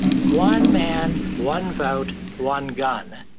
one man, one vote, one gun.